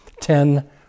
ten